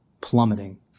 plummeting